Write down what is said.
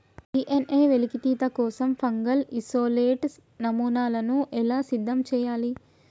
DNA వెలికితీత కోసం fungal isolate నమూనాను ఎలా సిద్ధం చెయ్యాలి?